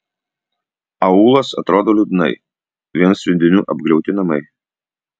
aūlas atrodo liūdnai vien sviedinių apgriauti namai